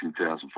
2004